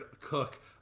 Cook